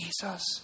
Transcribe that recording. Jesus